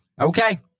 Okay